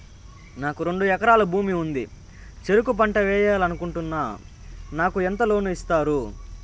నాకు రెండు ఎకరాల భూమి ఉంది, చెరుకు పంట వేయాలని అనుకుంటున్నా, నాకు ఎంత లోను ఇస్తారు?